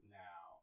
now